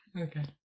okay